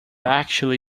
actually